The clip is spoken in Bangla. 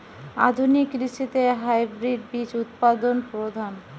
আধুনিক কৃষিতে হাইব্রিড বীজ উৎপাদন প্রধান